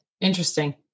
interesting